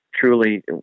truly